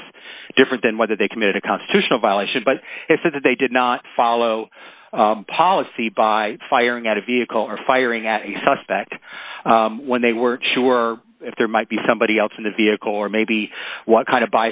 that's different than whether they committed a constitutional violation but if they did not follow policy by firing at a vehicle or firing at a suspect when they weren't sure if there might be somebody else in the vehicle or maybe what kind of